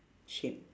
shape